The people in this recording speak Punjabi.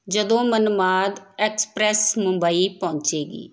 ਜਦੋਂ ਮਨਮਾਦ ਐਕਸਪ੍ਰੈਸ ਮੁੰਬਈ ਪਹੁੰਚੇਗੀ